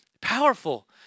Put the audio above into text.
Powerful